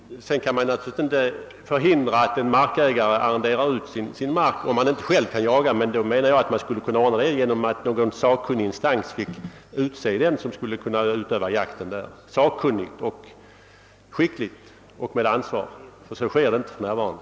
Man kan givetvis inte förhindra att en markägare arrenderar ut sin jaktmark, om han inte själv kan jaga. I sådana fall borde någon sakkunnig instans få utse den som skulle utöva jakten med kunskap, skicklighet och ansvar. Så går det inte till för närvarande.